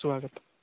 स्वागतं